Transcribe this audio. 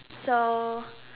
so